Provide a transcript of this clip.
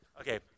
Okay